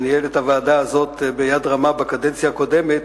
שניהל את הוועדה הזאת ביד רמה בקדנציה הקודמת,